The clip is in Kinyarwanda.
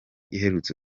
iherutse